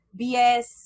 BS